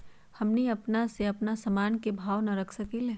हमनी अपना से अपना सामन के भाव न रख सकींले?